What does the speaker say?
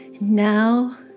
Now